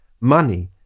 Money